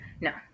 no